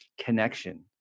connection